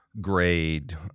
grade